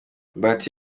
bahati